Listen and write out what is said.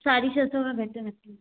साढी छह सौ खां घटि न थींदो